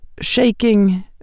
shaking